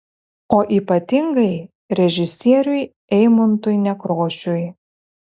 o ypatingai režisieriui eimuntui nekrošiui